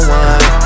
one